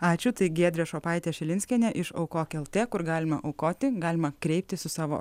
ačiū tai giedrė šopaitė šilinskienė iš aukok lt kur galima aukoti galima kreiptis į savo